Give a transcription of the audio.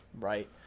Right